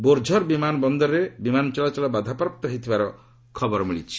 ବୋର୍ଝର୍ ବିମାନ ବନ୍ଦରରେ ବିମାନ ଚଳାଚଳ ବାଧାପ୍ରାପ୍ତ ହୋଇଥିବାର ଖବର ମିଳିଛି